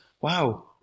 wow